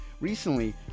Recently